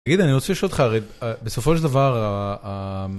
תגיד, אני רוצה לשאול אותך, הרי בסופו של דבר...